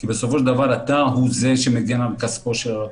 כי בסופו של דבר אתה הוא זה שמגן על כספו של הלקוח,